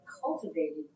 cultivated